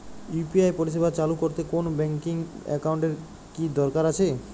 UPI পরিষেবা চালু করতে কোন ব্যকিং একাউন্ট এর কি দরকার আছে?